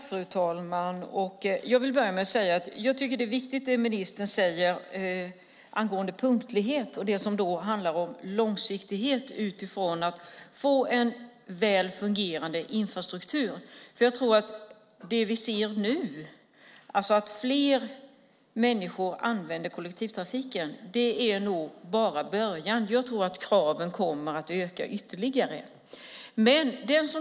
Fru talman! Jag vill börja med att säga att det ministern säger om punktlighet och långsiktighet är viktigt för att vi ska få en väl fungerande infrastruktur. Det vi ser nu - att fler människor använder kollektivtrafiken - är nog bara början. Jag tror att kraven kommer att öka ytterligare.